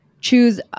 Choose